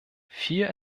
vier